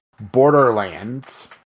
Borderlands